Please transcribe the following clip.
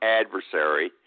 adversary